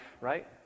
right